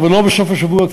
ולא בסוף השבוע,